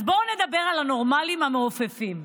אז בואו נדבר על הנורמליים המעופפים.